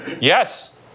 Yes